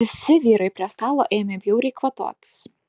visi vyrai prie stalo ėmė bjauriai kvatotis